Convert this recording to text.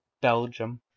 Belgium